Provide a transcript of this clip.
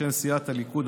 בשם סיעת הליכוד,